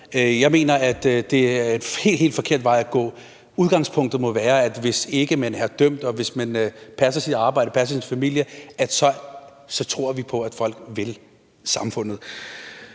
Jeg mener, at det er en helt, helt forkert vej at gå. Udgangspunktet må være, at hvis ikke man er dømt, og hvis man passer sit arbejde og passer sin familie, så tror vi på, at folk vil samfundet.